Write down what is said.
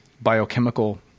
biochemical